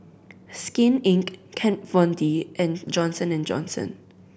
Skin Inc Kat Von D and Johnson and Johnson